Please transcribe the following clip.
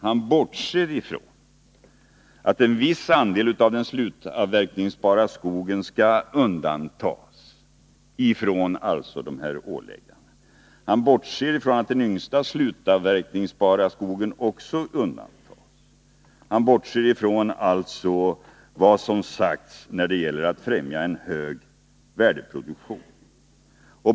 Han bortser från att en viss andel av den slutavverkningsbara skogen skall undantas från dessa ålägganden — och att detta också gäller den yngsta slutavverkningsbara skogen. Han bortser också från vad som är sagt när det gäller att fträmja en hög värdeproduktion.